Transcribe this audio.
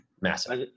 massive